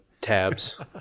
tabs